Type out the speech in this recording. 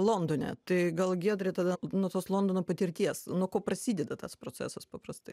londone tai gal giedre tada nuo tos londono patirties nuo ko prasideda tas procesas paprastai